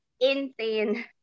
insane